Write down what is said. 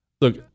Look